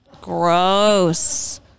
gross